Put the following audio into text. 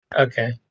Okay